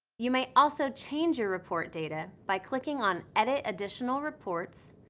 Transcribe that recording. you may also change your report data by clicking on edit additional report,